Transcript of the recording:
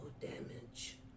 damage